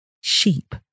sheep